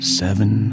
seven